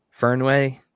Fernway